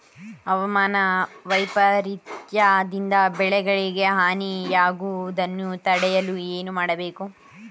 ಹವಾಮಾನ ವೈಪರಿತ್ಯ ದಿಂದ ಬೆಳೆಗಳಿಗೆ ಹಾನಿ ಯಾಗುವುದನ್ನು ತಡೆಯಲು ಏನು ಮಾಡಬೇಕು?